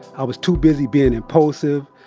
i was too busy being impulsive,